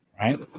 Right